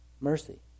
mercy